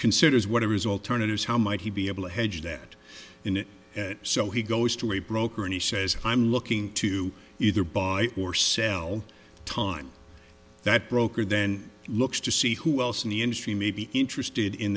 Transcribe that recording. considers whatever his alternatives how might he be able to hedge that in it so he goes to a broker and he says i'm looking to either buy or sell time that broker then looks to see who else in the industry may be interested in